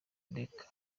reka